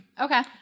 Okay